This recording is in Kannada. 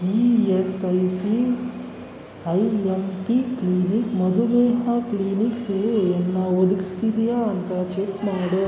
E S I C I M P clinic ಮಧುಮೇಹ ಕ್ಲಿನಿಕ್ ಸೇವೆಯನ್ನು ಒದಗ್ಸ್ತಿದ್ಯಾ ಅಂತ ಚೆಕ್ ಮಾಡು